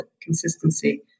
consistency